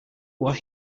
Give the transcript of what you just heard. what